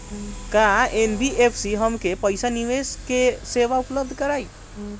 का एन.बी.एफ.सी हमके पईसा निवेश के सेवा उपलब्ध कराई?